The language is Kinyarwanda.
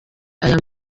aya